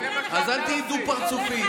שהיו אותם אנרכיסטים בפתח ביתי,